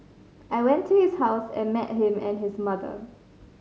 I went to his house and met him and his mother